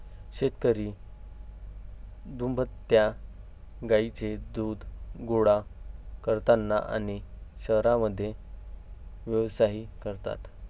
शेतकरी दुभत्या गायींचे दूध गोळा करतात आणि शहरांमध्ये व्यवसायही करतात